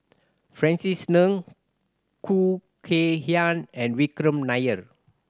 Francis Ng Khoo Kay Hian and Vikram Nair